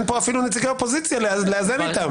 פה אפילו נציגי אופוזיציה לאזן איתם.